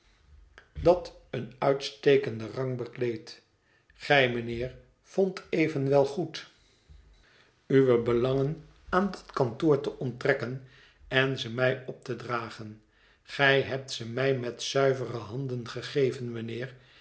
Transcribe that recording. dat een uitstekenden rang bekleedt gij mijnheer vondt evenwel goed uwe belangen aan dat kantoor te onttrekken en ze mij op te dragen gij hebt ze mij met zuivere handen gegeven